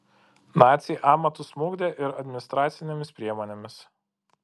naciai amatus smukdė ir administracinėmis priemonėmis